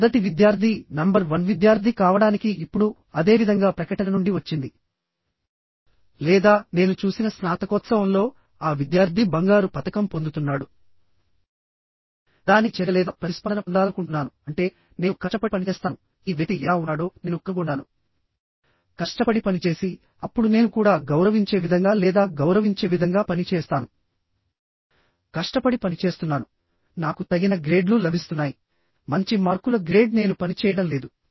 మొదటి విద్యార్థి number one విద్యార్థి కావడానికి ఇప్పుడు అదే విధంగా ప్రకటన నుండి వచ్చింది లేదా నేను చూసిన స్నాతకోత్సవంలో ఆ విద్యార్థి బంగారు పతకం పొందుతున్నాడు దానికి చర్య లేదా ప్రతిస్పందన పొందాలనుకుంటున్నాను అంటే నేను కష్టపడి పనిచేస్తాను ఈ వ్యక్తి ఎలా ఉన్నాడో నేను కనుగొంటాను కష్టపడి పనిచేసి అప్పుడు నేను కూడా గౌరవించే విధంగా లేదా గౌరవించే విధంగా పని చేస్తాను కష్టపడి పని చేస్తున్నానునాకు తగిన గ్రేడ్లు లభిస్తున్నాయిమంచి మార్కుల గ్రేడ్ నేను పని చేయడం లేదు